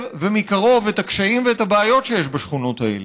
ומקרוב את הקשיים ואת הבעיות שיש בשכונות האלה.